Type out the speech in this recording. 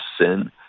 sin